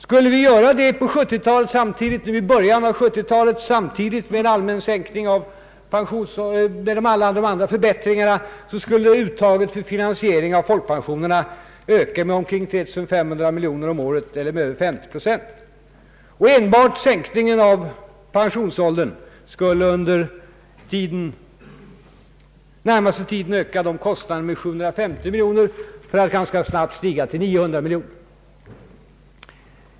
Skulle vi sänka pensionsåldern nu i början på 1970-talet samtidigt med alla andra förbättringar skulle uttaget för finansiering av folkpensionerna öka med omkring 3 500 miljoner kronor om året eller med över 50 procent. Enbart sänkning av pensionsåldern skulle under den närmaste tiden öka kostnaderna med 750 miljoner kronor; kostnaderna skulle därefter ganska snabbt stiga till 900 miljoner kronor.